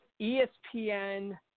ESPN